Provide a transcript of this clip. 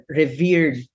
revered